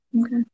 Okay